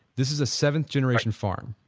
this is seventh generation farm,